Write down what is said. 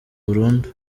burundu